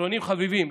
אחרונים חביבים,